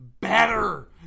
better